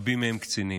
רבים מהם קצינים.